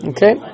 Okay